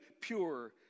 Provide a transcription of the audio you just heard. pure